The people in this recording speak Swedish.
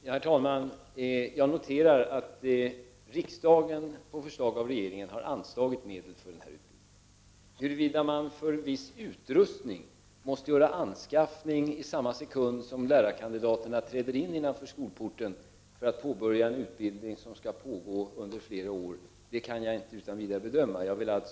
Herr talman! Jag noterar att riksdagen på förslag av regeringen har anslagit medel för denna utbildning. Huruvida man behöver skaffa viss utrustning i samma sekund som lärarkandidaterna kommer innanför skolporten för att påbörja en utbildning som skall pågå under flera år kan jag inte utan vidare bedöma.